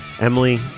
Emily